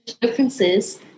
differences